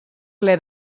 ple